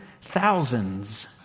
thousands